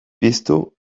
piztu